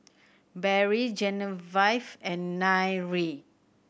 Barrie Genevieve and Nyree